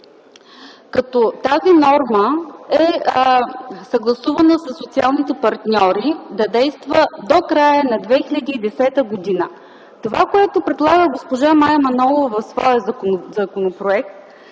Тази норма е съгласувана със социалните партньори да действа до края на 2010 г. Това, което предлага госпожа Мая Манолова в своя законопроект